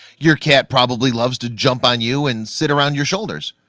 your cat probably loves to jump on you and sit around your shoulders.